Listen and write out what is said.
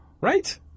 Right